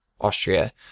Austria